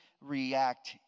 react